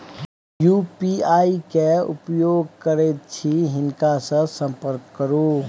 UPI केर उपयोग करैत छी हिनका सँ संपर्क करु